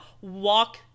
walk